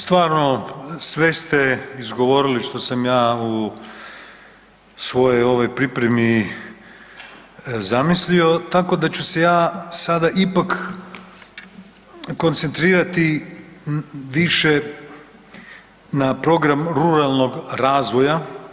Stvarno sve ste izgovorili što sam ja u svojoj ovoj pripremi zamislio, tako da ću se ja sada ipak koncentrirati više na program ruralnog razvoja.